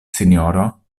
sinjoro